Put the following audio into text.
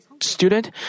student